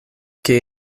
que